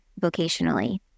vocationally